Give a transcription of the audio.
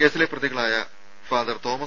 കേസിലെ പ്രതികളായ father Thomas